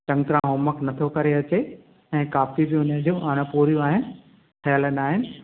चङी तरह होमवर्क नथो करे अचे ऐं कापियूं बि हुन जूं अणपूरियूं आहिनि थियल न आहिनि